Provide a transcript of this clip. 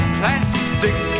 plastic